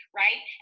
right